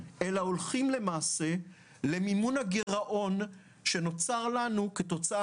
אלא למעשה למימון הגירעון שנוצר לנו כתוצאה